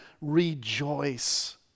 rejoice